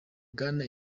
bwana